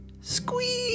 Squeeze